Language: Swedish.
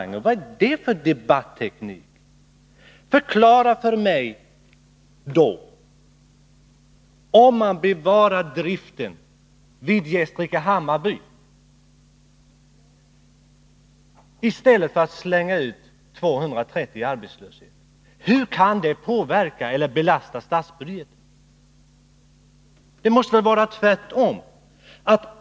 Vad är det för debatteknik? Förklara då för mig: Om man vill bevara verksamheten i Gästrike-Hammarby i stället för att slänga ut 230 människor i arbetslöshet, hur kan det belasta statsbudgeten? Det måste väl vara tvärtom!